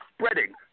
spreading